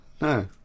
No